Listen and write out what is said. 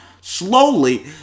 slowly